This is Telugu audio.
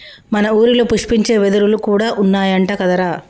మన ఊరిలో పుష్పించే వెదురులు కూడా ఉన్నాయంట కదరా